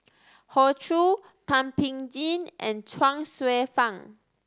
Hoey Choo Thum Ping Tjin and Chuang Hsueh Fang